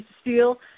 steel